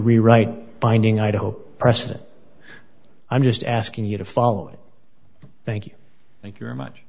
rewrite binding idaho precedent i'm just asking you to follow it thank you thank you very much